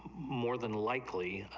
more than likely,